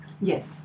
Yes